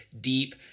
deep